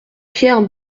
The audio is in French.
pierre